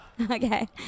Okay